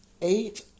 Eight